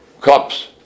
cups